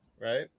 right